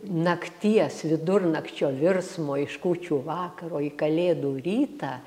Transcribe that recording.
nakties vidurnakčio virsmo iš kūčių vakaro į kalėdų rytą